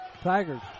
Tigers